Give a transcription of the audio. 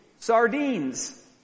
sardines